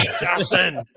Justin